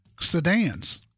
sedans